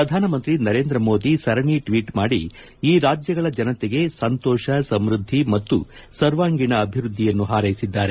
ಪ್ರಧಾನ ಮಂತ್ರಿ ನರೇಂದ್ರ ಮೋದಿ ಸರಣಿ ಟ್ವೀಟ್ ಮಾಡಿ ಈ ರಾಜ್ಯಗಳ ಜನತೆಗೆ ಸಂತೋಪ ಸಮೃದ್ಧಿ ಮತ್ತು ಸರ್ವಾಂಗೀಣ ಅಭಿವೃದ್ಧಿಯನ್ನು ಹಾರೈಸಿದ್ದಾರೆ